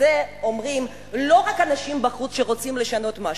וזה אומרים לא רק אנשים בחוץ שרוצים לשנות משהו,